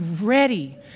ready